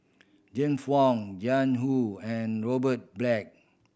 James Wong Jiang Hu and Robert Black